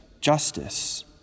justice